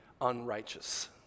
unrighteous